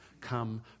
Come